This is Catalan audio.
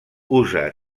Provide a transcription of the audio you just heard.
usa